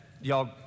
Y'all